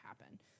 happen